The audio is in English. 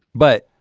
but,